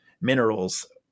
minerals